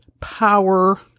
power